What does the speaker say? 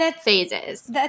phases